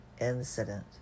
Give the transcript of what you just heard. incident